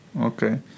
Okay